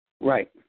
Right